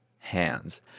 hands